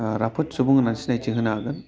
राफोद सुबुं होननानै सिनायथि होनो हागोन